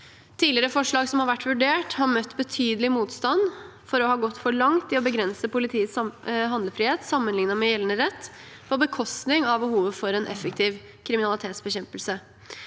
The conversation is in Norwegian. Tidlige re forslag som har vært vurdert, har møtt betydelig motstand for å ha gått for langt i å begrense politiets handlefrihet sammenlignet med gjeldende rett, på bekostning av behovet for en effektiv kriminalitetsbekjempelse.